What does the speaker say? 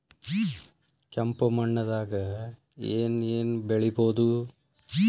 ಕೆಂಪು ಮಣ್ಣದಾಗ ಏನ್ ಏನ್ ಬೆಳಿಬೊದು?